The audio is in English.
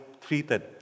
treated